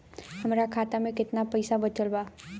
हमरा खाता मे केतना पईसा बचल बा?